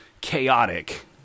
chaotic